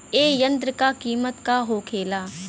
ए यंत्र का कीमत का होखेला?